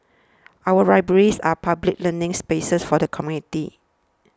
our libraries are public learning spaces for the community